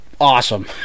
awesome